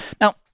Now